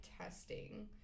testing